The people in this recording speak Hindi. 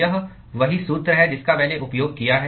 यह वही सूत्र है जिसका मैंने उपयोग किया है